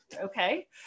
okay